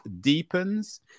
Deepens